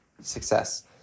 success